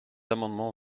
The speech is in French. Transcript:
amendement